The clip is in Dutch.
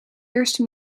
eerste